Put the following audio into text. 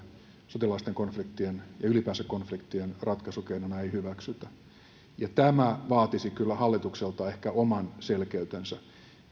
sotilaallisten konfliktien ja ylipäänsä konfliktien ratkaisukeinona ei hyväksytä tämä vaatisi kyllä hallitukselta ehkä oman